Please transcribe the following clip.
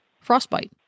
frostbite